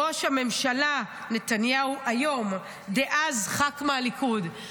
נתניהו, ראש הממשלה היום, אז ח"כ מהליכוד.